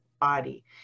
body